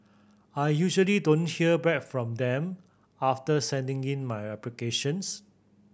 I usually don't hear back from them after sending in my applications